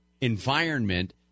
environment